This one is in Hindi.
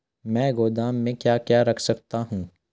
मैं गोदाम में क्या क्या रख सकता हूँ?